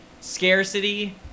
scarcity